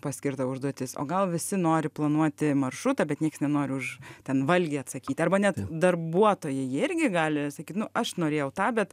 paskirta užduotis o gal visi nori planuoti maršrutą bet nieks nenori už ten valgį atsakyti arba net darbuotojai jie irgi gali sakyt nu aš norėjau tą bet